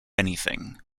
anything